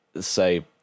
say